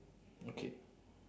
okay